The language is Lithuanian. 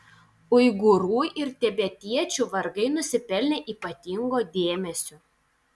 uigūrų ir tibetiečių vargai nusipelnė ypatingo dėmesio